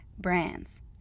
brands